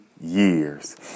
years